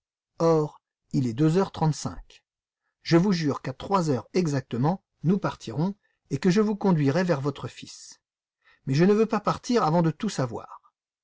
or il est deux heures trente-cinq je vous jure qu'à trois heures exactement nous partirons et que je vous conduirai vers votre fils mais je ne veux pas partir avant de tout savoir